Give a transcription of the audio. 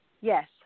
yes